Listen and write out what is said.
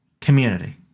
Community